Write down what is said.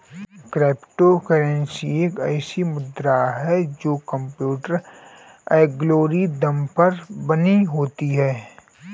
crypto currency एक ऐसी मुद्रा है जो कंप्यूटर एल्गोरिदम पर बनी होती है